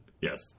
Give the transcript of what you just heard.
Yes